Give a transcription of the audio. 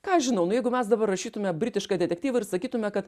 ką aš žinau nu jeigu mes dabar rašytume britišką detektyvą ir sakytume kad